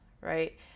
right